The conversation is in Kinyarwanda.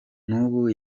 n’ubu